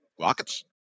rockets